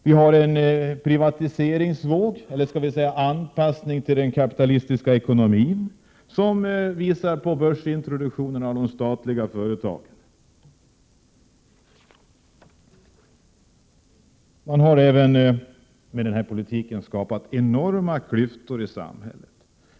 Det pågår en privatiseringsvåg som innebär en anpassning till den kapitalistiska ekonomin, en våg som pekar på börsintroduktion av de statliga företagen. Man har även med denna politik skapat avsevärda klyftor i samhället.